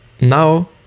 now